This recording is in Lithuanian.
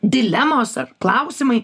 dilemos ar klausimai